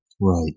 Right